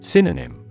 Synonym